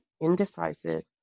indecisive